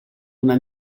una